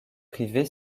privée